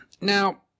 Now